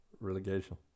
relegation